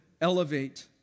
elevate